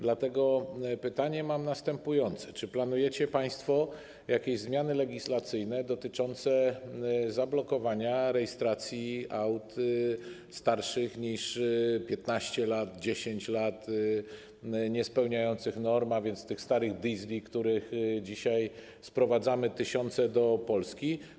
Dlatego mam następujące pytanie: Czy planujecie państwo jakieś zmiany legislacyjne dotyczące zablokowania rejestracji aut starszych niż 15 lat, 10 lat, niespełniających norm, a więc starych diesli, których dzisiaj sprowadzamy tysiące do Polski?